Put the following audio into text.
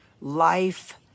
life